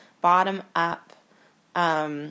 bottom-up